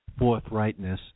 forthrightness